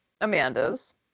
Amanda's